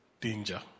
danger